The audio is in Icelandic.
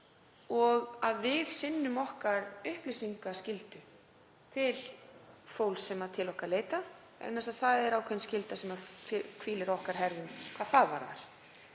og að við sinnum okkar upplýsingaskyldu til fólks sem til okkar leitar. Það er ákveðin skylda sem hvílir á okkar herðum hvað það varðar.